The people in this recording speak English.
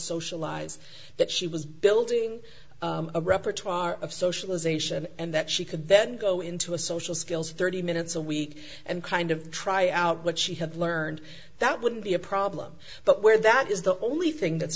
socialize that she was building a repertoire of socialization and that she could then go into a social skills thirty minutes a week and kind of try out what she had learned that wouldn't be a problem but where that is the only thing that's